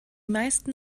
meisten